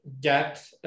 get